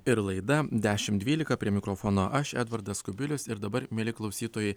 ir laida dešim dvylika prie mikrofono aš edvardas kubilius ir dabar mieli klausytojai